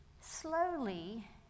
slowly